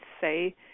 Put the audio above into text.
say